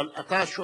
אבל אתה שואל,